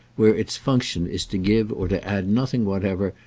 where its function is to give or to add nothing whatever,